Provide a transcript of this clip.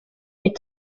est